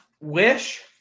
Wish